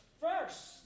first